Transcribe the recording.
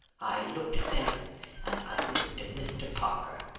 i looked at them and i looked at mr. parker.